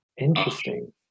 interesting